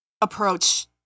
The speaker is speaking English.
approach